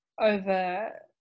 over